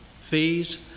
fees